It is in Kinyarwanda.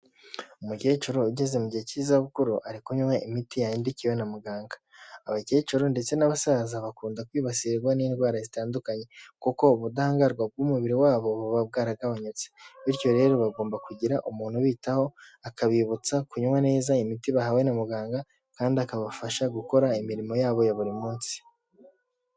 Umukecuru ugeze mu gihe cy'izabukuru ari kunywa imiti yandikiwe na muganga, abakecuru ndetse n'abasaza bakunda kwibasirwa n'indwara zitandukanye kuko ubudahangarwa bw'umubiri wabo buba bwaragabanyutse, bityo rero bagomba kugira umuntu ubitaho akabibutsa kunywa neza imiti bahawe na muganga kandi akabafasha gukora imirimo yabo ya buri munsi.